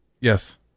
Yes